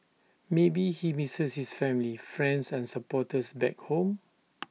maybe he misses his family friends and supporters back home